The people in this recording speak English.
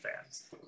fans